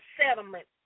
settlement